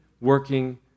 working